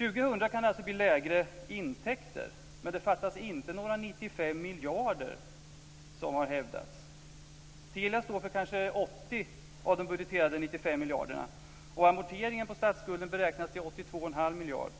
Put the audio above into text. År 2000 kan det alltså bli lägre intäkter, men det fattas inte några 95 miljarder som det har hävdats här. Telia står kanske för 80 av de budgeterade 95 miljarderna. Amorteringen på statsskulden beräknas till 82 1⁄2 miljarder.